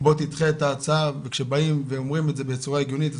בוא תדחה את ההצעה וכשבאים ואומרים את זה בצורה הגיונית,